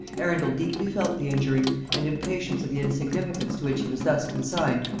arundel deeply felt the injury and impatience of the insignificance to which he was thus consigned,